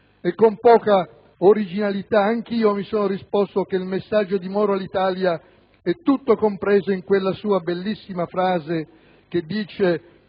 Con poca originalità anch'io mi sono risposto che il messaggio di Moro all'Italia è tutto compreso in quella sua bellissima frase che dice